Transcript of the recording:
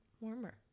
warmer